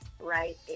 right